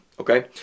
okay